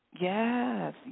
Yes